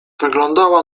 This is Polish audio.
wyglądała